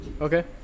Okay